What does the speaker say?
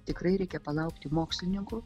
tikrai reikia palaukti mokslininkų